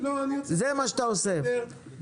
זה מה שאתה עושה.